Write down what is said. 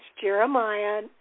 Jeremiah